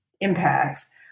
impacts